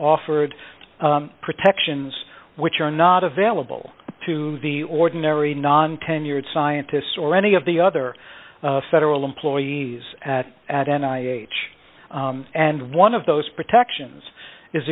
offered protections which are not available to the ordinary non tenured scientists or any of the other federal employees at n i m h and one of those protections is